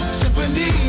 symphony